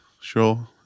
sure